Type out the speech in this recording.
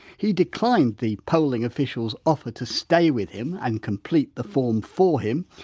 he declined the polling official's offer to stay with him and complete the form for him,